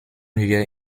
wir